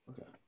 okay